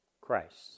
Christ